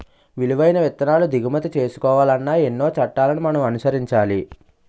విలువైన విత్తనాలు దిగుమతి చేసుకోవాలన్నా ఎన్నో చట్టాలను మనం అనుసరించాలి